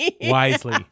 wisely